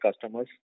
customers